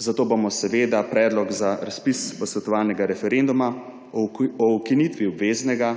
Zato bomo seveda predlog za razpis posvetovalnega referenduma o ukinitvi obveznega